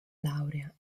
laurea